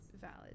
Valid